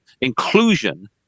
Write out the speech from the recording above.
inclusion